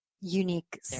unique